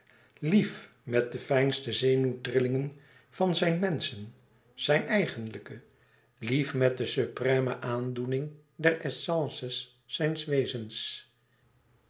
lief met de fijnste zielezenuwtrillingen van zijn mensch zijn eigenlijke lief met de supreme aandoening der essence zijns wezens